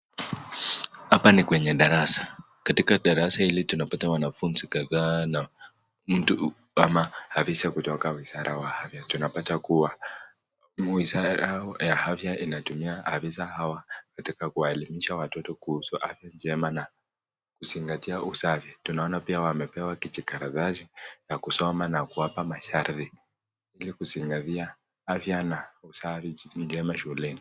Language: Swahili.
Wanafunzi kadhaa kwenye darasa na tunampata afisa kutoka wizara wa afya. Afisa hawa wanatumiwa katika kuwaelimisha watoto kuhusu afya njema na kuzingatia usafi. Wamepewa kijikaratasi na kusoma na kuwapa masharti ili kuzingingatia usafi na afya njema shuleni.